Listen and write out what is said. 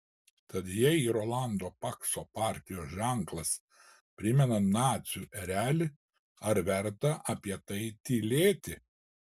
tad jei rolando pakso partijos ženklas primena nacių erelį ar verta apie tai tylėti